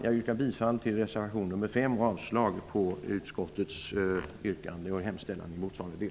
Jag yrkar bifall till reservation 5 och avslag på utskottets förslag i motsvarande del.